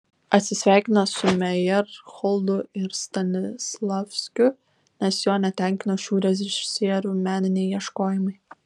atsisveikino su mejerholdu ir stanislavskiu nes jo netenkino šių režisierių meniniai ieškojimai